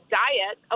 diet